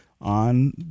on